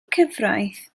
cyfraith